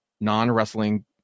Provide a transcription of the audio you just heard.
non-wrestling